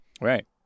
right